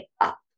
up